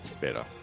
better